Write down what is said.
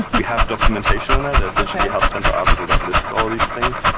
we have documentation on that. there's literally a help center article that lists all these things.